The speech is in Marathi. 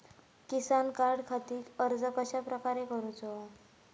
किसान कार्डखाती अर्ज कश्याप्रकारे करूचो?